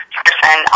person